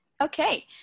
okay